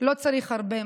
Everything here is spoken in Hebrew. לא צריך הרבה,